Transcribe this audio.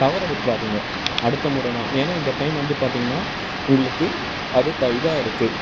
தவற விட்டுறாதீங்க அடுத்த முறை நான் ஏன்னால் இந்த டைம் வந்து பார்த்தீங்கன்னா உங்களுக்கு அது இதாக இருக்குது